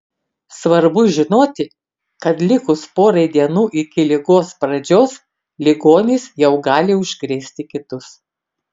svarbu žinoti kad likus porai dienų iki ligos pradžios ligonis jau gali užkrėsti kitus